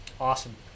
Awesome